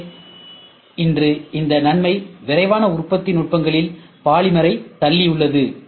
எனவே இன்று இந்த நன்மை விரைவான உற்பத்தி நுட்பங்களில் பாலிமரை தள்ளியுள்ளது